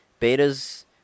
Betas